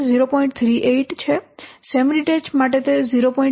38 છે semi detached માટે તે 0